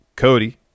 Cody